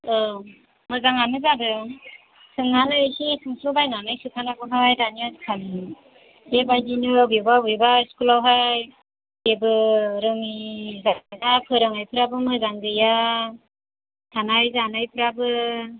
औ मोजाङानो जादों सोंनानै एसे सोंस्लु' बायनानै खोन्थानांगौहाय दानिया बे बायदिनो बेबो बेबो स्कुलावहाय जेबो रोङि जायोना फोरोंनायफ्राबो मोजां गैया थानाय जानायफ्राबो